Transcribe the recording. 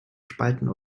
spalten